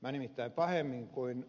minä nimittäin pahemmin kuin